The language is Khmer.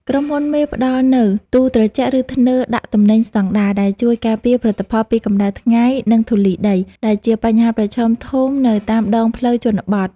ក្រុមហ៊ុនមេផ្ដល់នូវ "ទូត្រជាក់ ឬធ្នើដាក់ទំនិញស្ដង់ដារ" ដែលជួយការពារផលិតផលពីកម្ដៅថ្ងៃ និងធូលីដី ដែលជាបញ្ហាប្រឈមធំនៅតាមដងផ្លូវជនបទ។